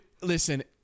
listen